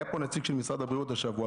היה פה נציג של משרד הבריאות השבוע,